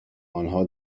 آنها